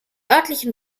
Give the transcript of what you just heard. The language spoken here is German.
örtlichen